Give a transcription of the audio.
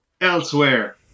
Elsewhere